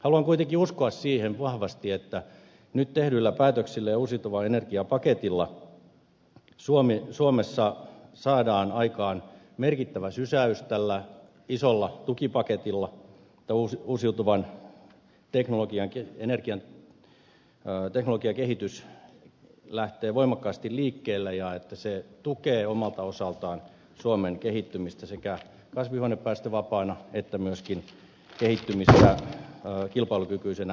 haluan kuitenkin uskoa siihen vahvasti että nyt tehdyillä päätöksillä ja uusiutuvan energian paketilla suomessa saadaan aikaan merkittävä sysäys tällä isolla tukipaketilla että uusiutuvan energian teknologiakehitys lähtee voimakkaasti liikkeelle ja että se tukee omalta osaltaan suomen kehittymistä sekä kasvihuonepäästövapaana että myöskin kilpailukykyisenä yhteiskuntana